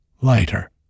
lighter